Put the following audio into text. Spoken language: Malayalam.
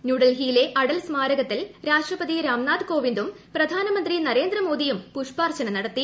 ന്യൂഡൽഹിയിലെ അടൽ സ്മാരകത്തിൽ രാഷ്ട്രപതി രാംനാഥ് കോവിന്ദും പ്രധാനമന്ത്രി നരേന്ദ്രമോദിയും പുഷ്പാർച്ചന നടത്തി